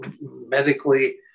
medically